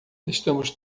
estamos